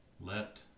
let